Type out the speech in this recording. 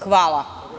Hvala.